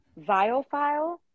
viophile